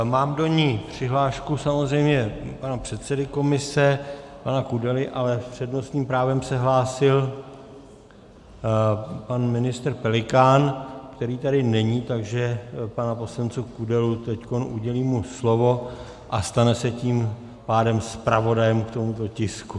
Mám do ní přihlášku samozřejmě pana předsedy komise, pana Kudely, ale s přednostním právem se hlásil pan ministr Pelikán, který tady není, takže panu poslanci Kudelovi teď udělím slovo, a stane se tím pádem zpravodajem k tomuto tisku.